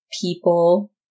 people